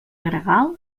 gregal